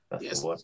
Yes